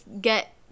get